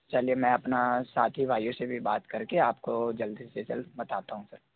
चलिए मैं अपना साथी भाइयों से भी बात कर के आपको जल्द से जल्द बताता हूँ सर